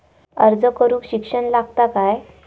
अर्ज करूक शिक्षण लागता काय?